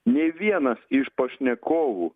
nei vienas iš pašnekovų